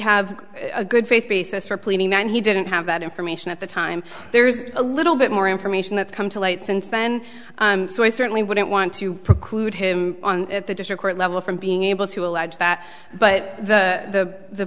have a good faith basis for pleading that he didn't have that information at the time there is a little bit more information that's come to light since then so i certainly wouldn't want to preclude him at the district court level from being able to allege that but the